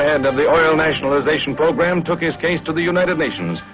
and of the oil nationalization program, took his case to the united nations,